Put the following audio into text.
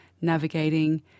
navigating